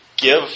Give